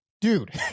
dude